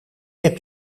heb